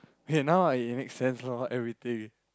okay now I it makes sense lor everything